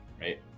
right